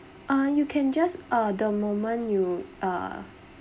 uh you can just uh the moment you uh